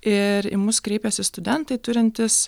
ir į mus kreipiasi studentai turintys